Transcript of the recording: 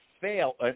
fail